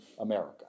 America